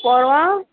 पोरवां